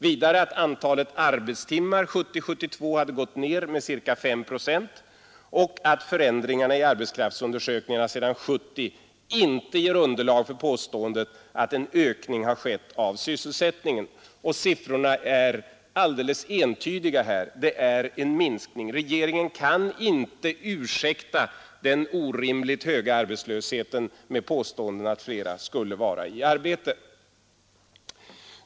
Vidare att antalet arbetstimmar 1970 —1972 hade gått ned med ca 5 procent och att förändringarna i arbetskraftsundersökningarna sedan 1970 inte ger underlag för påståendet att en ökning har skett av sysselsättningen. Siffrorna är helt entydiga här. Det är en minskning. Regeringen kan inte ursäkta den orimligt höga arbetslösheten med påståendet att flera skulle vara i arbete.